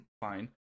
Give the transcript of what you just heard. fine